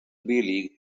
league